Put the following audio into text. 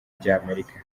ry’amerika